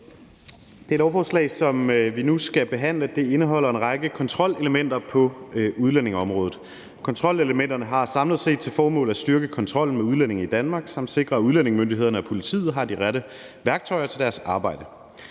Det lovforslag, som vi nu skal behandle, indeholder en række kontrolelementer på udlændingeområdet. Kontrolelementerne har samlet set til formål at styrke kontrollen med udlændinge i Danmark samt sikre, at udlændingemyndighederne og politiet har de rette værktøjer til deres arbejde.